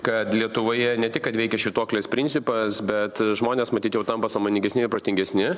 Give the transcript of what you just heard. kad lietuvoje ne tik kad veikia švytuoklės principas bet žmonės matyt jau tampa sąmoningesni ir protingesni